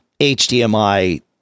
hdmi